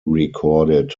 recorded